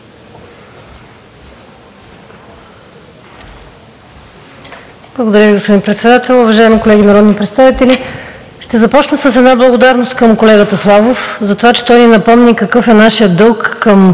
Благодаря Ви, господин Председател. Уважаеми колеги народни представители! Ще започна с благодарност към колегата Славов за това, че той ни напомни какъв е нашият дълг към